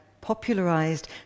popularized